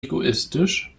egoistisch